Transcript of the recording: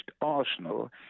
Arsenal